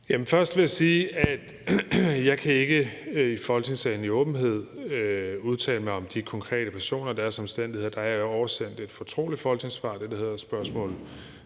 Først vil jeg sige, at jeg ikke i Folketingssalen i åbenhed kan udtale mig om de konkrete personer og deres omstændigheder. Der er oversendt et fortroligt folketingssvar på det, der hedder spørgsmål